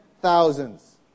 thousands